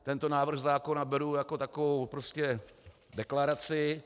Tento návrh zákona beru jako takovou deklaraci.